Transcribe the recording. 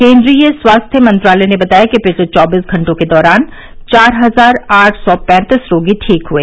केन्द्रीय स्वास्थ्य मंत्रालय ने बताया कि पिछले चौबीस घंटे के दौरान चार हजार आठ सौ पैंतीस रोगी ठीक हुए